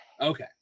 Okay